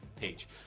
Page